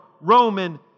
Roman